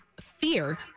fear